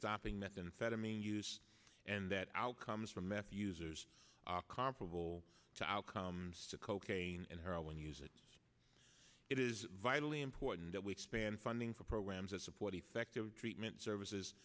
stopping methamphetamine use and that outcomes for meth users are comparable to outcomes to cocaine and heroin use its it is vitally important that we expand funding for programs that support effective treatment services